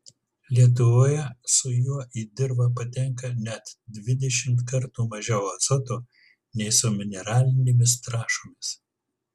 lietuvoje su juo į dirvą patenka net dvidešimt kartų mažiau azoto nei su mineralinėmis trąšomis